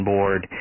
Board